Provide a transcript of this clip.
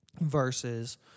versus